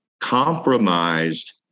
compromised